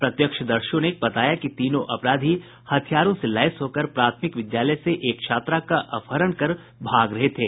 प्रत्यक्षदर्शियों ने बताया कि तीनों अपराधी हथियारों से लैस होकर प्राथमिक विद्यालय से एक छात्रा का अपहरण कर भाग रहे थे